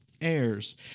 heirs